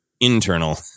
internal